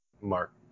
mark